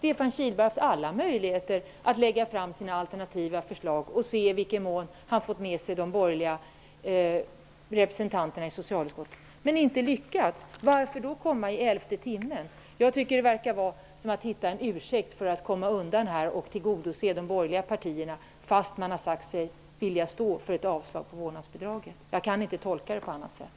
Stefan Kihlberg har haft alla möjligheter att lägga fram sina alternativa förslag och försöka få med sig de borgerliga representanterna i socialutskottet, men han har inte lyckats. Varför komma med detta i elfte timmen? Det verkar vara en ursäkt för att komma undan och tillgodose de borgerliga partierna, trots att man har sagt sig vilja stå för ett avslag när det gäller vårdnadsbidraget. Jag kan inte tolka det på något annat sätt.